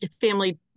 family